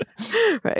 Right